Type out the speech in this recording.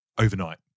overnight